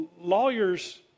lawyers